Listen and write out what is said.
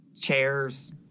Chairs